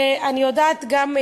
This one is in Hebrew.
אני יודעת גם,